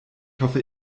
hoffe